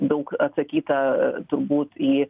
daug atsakyta turbūt į